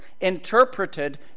interpreted